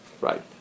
right